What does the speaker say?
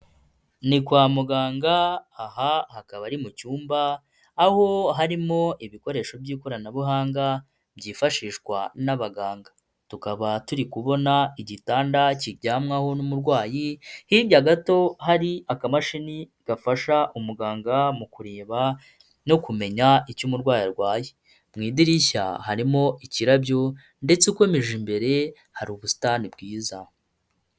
Ni kwa muganga aha hakaba ari mu cyumba aho harimo ibikoresho by'ikoranabuhanga byifashishwa n'abaganga ,tukaba turi kubona igitanda kijyanwaho n'umurwayi hirya gato hari akamashini gafasha umuganga mu kureba no kumenya icyo umurwayi arwaye mu idirishya harimo ikirabyo ndetse ukomeje imbere ye hari ubusitani bwiza.